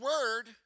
word